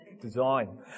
Design